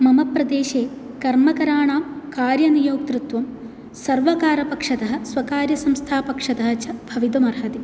मम प्रदेशे कर्मकराणां कार्यनियोक्तृत्वं सर्वकारपक्षतः स्वकार्यसंस्थापक्षतः च भवितुम् अर्हति